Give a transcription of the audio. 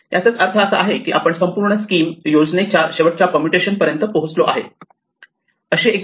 याचाच अर्थ असा आहे की आपण संपूर्ण स्कीम योजनेच्या शेवटच्या परमुटेशन पर्यंत पोहोचलो आहोत